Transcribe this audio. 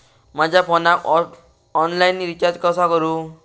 माझ्या फोनाक online recharge कसा करू?